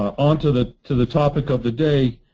on to the to the topic of the day,